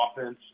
offense